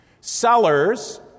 Sellers